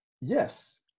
Yes